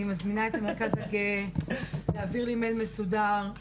אני מזמינה את המרכז הגאה להעביר לי מייל מסודר.